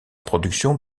production